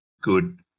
good